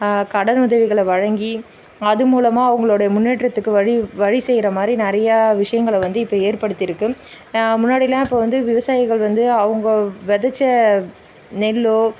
கடன் உதவிகளை வழங்கி அது மூலமாக அவங்களுடைய முன்னேற்றத்துக்கு வழி வழி செய்யற மாதிரி நிறையா விஷியங்களை வந்து இப்போ ஏற்படுத்திருக்கு முன்னாடிலாம் இப்போ வந்து விவசாயிகள் வந்து அவங்க விதச்ச நெல்லோ